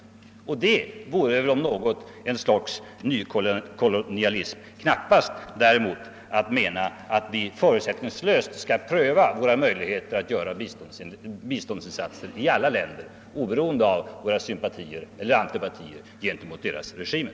Detta vore möjligen om något ett slags nykolonialism — knappast däremot att mena att vi förutsättningslöst skall pröva våra möjligheter att göra biståndsinsatser i alla länder, oberoende av våra sympatier eller antipatier gentemot deras regimer.